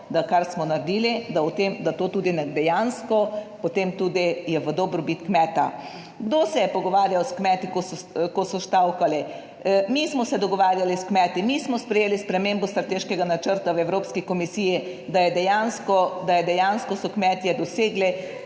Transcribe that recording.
da kar smo naredili, da to tudi dejansko je v dobrobit kmeta. Kdo se je pogovarjal s kmeti, ko so stavkali? Mi smo se dogovarjali s kmeti, mi smo sprejeli spremembo strateškega načrta v Evropski komisiji, da je dejansko so kmetje dosegli